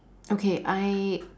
okay I